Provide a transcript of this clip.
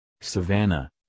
savannah